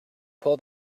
pull